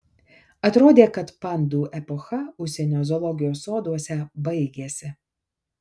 atrodė kad pandų epocha užsienio zoologijos soduose baigėsi